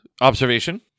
observation